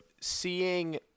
seeing